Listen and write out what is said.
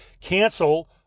cancel